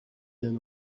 than